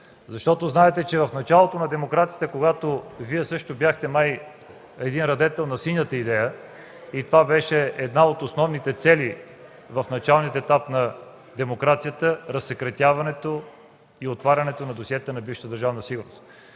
архив. Знаете, че в началото на демокрацията, когато Вие също бяхте май радетел на синята идея, това беше една от основните цели в началния етап на демокрацията – разсекретяването и отварянето на досиетата на бившата Държавна сигурност.